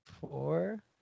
Four